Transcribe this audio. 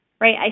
right